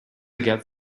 get